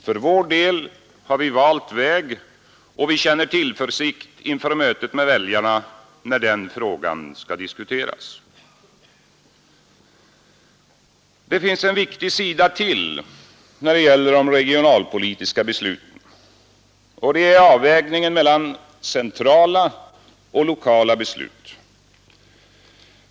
För vår del har vi valt väg, och vi känner tillförsikt inför mötet med väljarna när denna fråga skall diskuteras. Det finns en viktig sida till när det gäller de regionalpolitiska besluten, och det är avvägningen mellan centrala och lokala beslut.